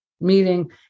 meeting